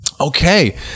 Okay